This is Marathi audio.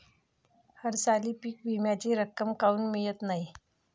हरसाली पीक विम्याची रक्कम काऊन मियत नाई?